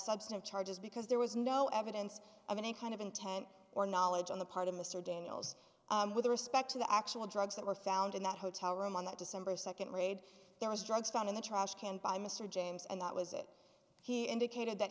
of charges because there was no evidence of any kind of intent or knowledge on the part of mr daniels with respect to the actual drugs that were found in that hotel room on that december second lead there was drugs found in the trash can by mr james and that was it he indicated that